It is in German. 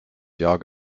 jahr